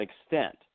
extent